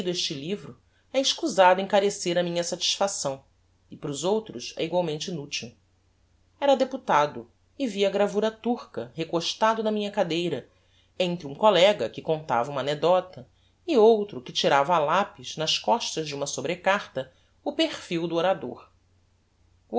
este livro é escusado encarecer a minha satisfação e para os outros é igualmente inutil era deputado e vi a gravura turca recostado na minha cadeira entre um collega que contava uma anecdota e outro que tirava a lapis nas costas de uma sobrecarta o perfil do orador